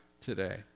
today